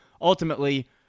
ultimately